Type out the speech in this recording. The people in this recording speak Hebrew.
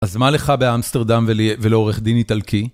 אז מה לך באמסטרדם ולעורך דין איטלקי?